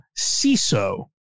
CISO